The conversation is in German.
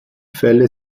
fälle